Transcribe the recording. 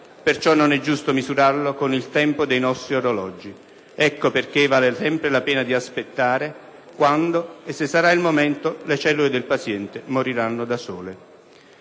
Perciò non è giusto misurarlo con il tempo dei nostri orologi. Ecco perché vale sempre la pena di aspettare: quando e se sarà il momento, le cellule del paziente moriranno da sole».